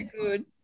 good